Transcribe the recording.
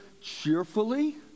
cheerfully